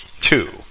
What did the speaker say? Two